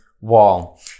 wall